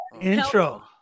Intro